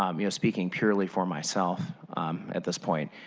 um you know speaking purely for myself at this point,